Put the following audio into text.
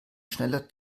schneller